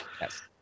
yes